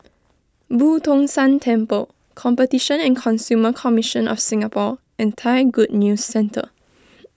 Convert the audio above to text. Boo Tong San Temple Competition and Consumer Commission of Singapore and Thai Good News Centre